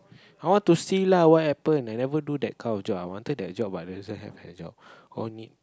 how to see lah what happened I never do that kind of job I wanted to do that job but doesn't have that job only